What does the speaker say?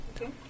Okay